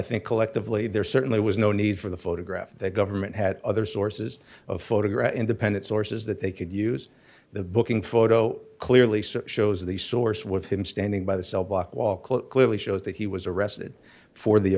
think collectively there certainly was no need for the photograph the government had other sources of photograph independent sources that they could use the booking photo clearly shows the source with him standing by the cell block wall close clearly shows that he was arrested for the